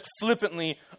flippantly